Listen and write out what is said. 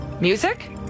Music